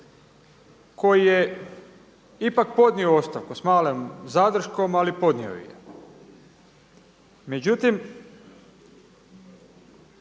koji je ipak podnio ostavku, s malom zadrškom ali podnio ju je. Međutim,